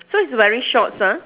so he's wearing shorts ah